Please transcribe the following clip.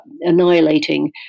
annihilating